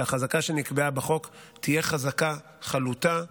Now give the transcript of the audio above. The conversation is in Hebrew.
שהחזקה שנקבעה בחוק, תהיה חזקה חלוטה,